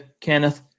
Kenneth